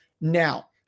Now